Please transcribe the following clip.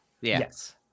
Yes